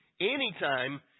anytime